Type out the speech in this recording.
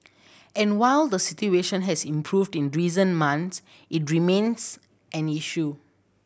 and while the situation has improved in reason months it remains an issue